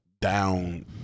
down